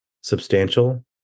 substantial